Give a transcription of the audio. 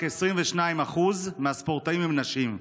רק 22% מהספורטאים הם נשים.